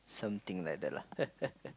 something like that lah